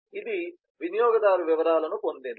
ఇది వినియోగదారు వివరాలను పొందింది